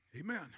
Amen